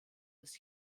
des